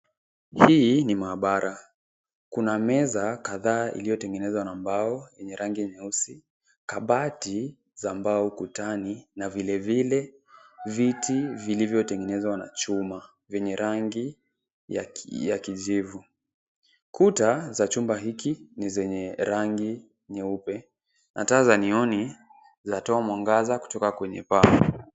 Hii ni mahabara kuna meza kadhaa iliyotegenwa na bao yenye rangi nyeusi kabti za bao ukutani na vile vile viti vilivyotegenzwa na chuma zenye rangi ya kijivu .Kuta za chumba hiki ni zenye rangi nyeupe na taa za neoni zinatoa mwagaza kutoka kwenye paa.